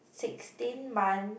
sixteen month